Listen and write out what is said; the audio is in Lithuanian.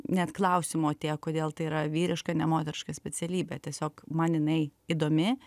net klausimo atėję kodėl tai yra vyriška ne moteriška specialybė tiesiog man jinai įdomi